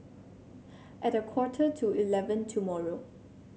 at a quarter to eleven tomorrow